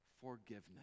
forgiveness